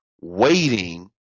waiting